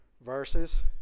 verses